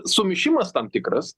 sumišimas tam tikras